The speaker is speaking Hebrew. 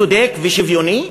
צודק ושוויוני?